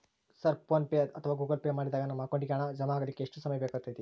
Sir PhonePe ಅಥವಾ Google Pay ಮಾಡಿದಾಗ ನಮ್ಮ ಅಕೌಂಟಿಗೆ ಹಣ ಜಮಾ ಆಗಲಿಕ್ಕೆ ಎಷ್ಟು ಸಮಯ ಬೇಕಾಗತೈತಿ?